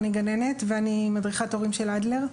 אני גננת ומדריכת הורים של אדלר,